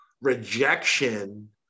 rejection